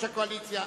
הקואליציה,